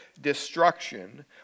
destruction